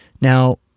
Now